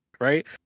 right